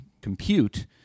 compute